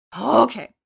Okay